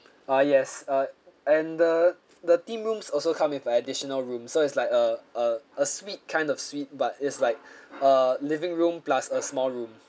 ah yes uh and the the theme rooms also come with additional room so it's like a a a suite kind of suite but it's like err living room plus a small room